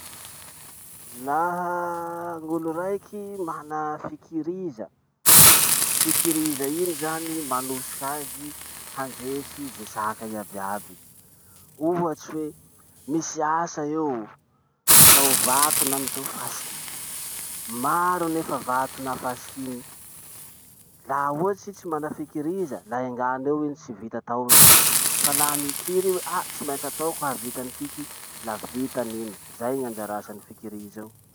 Laha gn'olo raiky mana fikiriza. Fikiriza iny zany manosik'azy handresy ze saka iaby iaby. Ohatsy hoe, misy asa eo, mitao vato na mitao fasiky. Maro nefa vato na fasiky iny. Laha ohatsy i tsy mana fikiriza, la engan'eo iny tsy vita taony, fa laha mikiry io hoe ah! tsy maintsy atako hahavita any tiky la vitan'iny. Zay gn'anjara asan'ny fikiriza io.